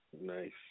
Nice